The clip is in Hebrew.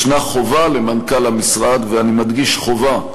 יש חובה על מנכ"ל המשרד, ואני מדגיש, חובה,